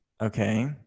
Okay